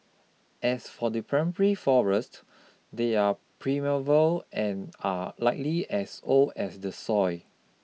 as for the forest they're primeval and are likely as old as the soil